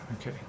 Okay